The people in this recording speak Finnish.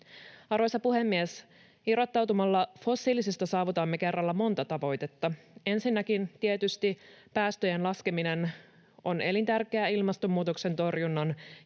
Arvoisa puhemies! Irrottautumalla fossiilisista saavutamme kerralla monta tavoitetta. Ensinnäkin tietysti päästöjen laskeminen on elintärkeää ilmastonmuutoksen torjunnan